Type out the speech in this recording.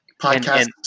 Podcast